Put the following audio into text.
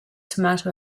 tomato